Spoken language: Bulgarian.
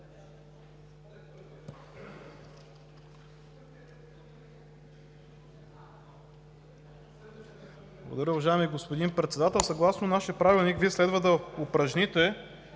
Благодаря, уважаеми господин Председател. Съгласно нашия правилник Вие следва да упражните